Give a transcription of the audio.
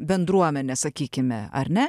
bendruomenė sakykime ar ne